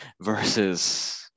versus